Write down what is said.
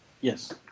Yes